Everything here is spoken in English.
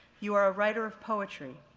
you are a writer of poetry,